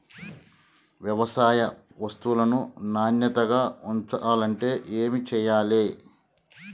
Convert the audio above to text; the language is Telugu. వ్యవసాయ వస్తువులను నాణ్యతగా ఉంచాలంటే ఏమి చెయ్యాలే?